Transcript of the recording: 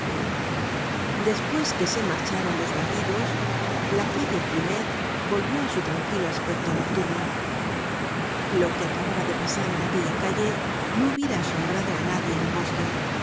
despues que se marcharon los bandidos la calle plumet volvió á su tranquilo aspecto nocturno lo que acababa de pasar en aquella calle no hubiera asombrado á nadie en un bosque